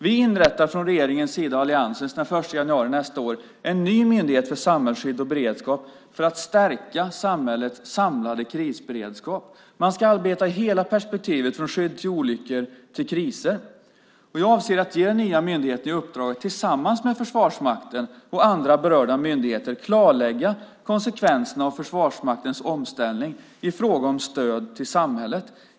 Vi inrättar från regeringens och alliansens sida den 1 januari nästa år en ny myndighet för samhällsskydd och beredskap för att stärka samhällets samlade krisberedskap. Man ska arbeta med hela perspektivet från skydd till olyckor och kriser. Jag avser att ge den nya myndigheten i uppdrag att tillsammans med Försvarsmakten och andra berörda myndigheter klarlägga konsekvenserna av Försvarsmaktens omställning i fråga om stöd till samhället.